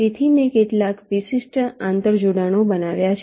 તેથી મેં કેટલાક વિશિષ્ટ આંતર જોડાણો બતાવ્યા છે